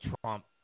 Trump